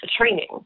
training